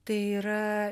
tai yra